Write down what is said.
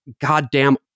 Goddamn